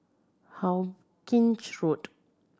Hawkinge Road